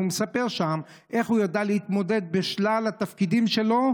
והוא מספר שם איך הוא ידע להתמודד בשלל התפקידים שלו,